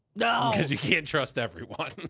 no. cause you can't trust everyone. i